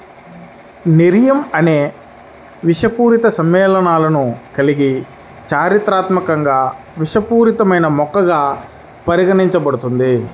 nerium అనేక విషపూరిత సమ్మేళనాలను కలిగి చారిత్రాత్మకంగా విషపూరితమైన మొక్కగా పరిగణించబడుతుంది